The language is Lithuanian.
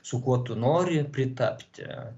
su kuo tu nori pritapti